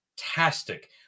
fantastic